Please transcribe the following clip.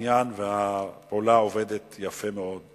הפעולה עובדת יפה מאוד.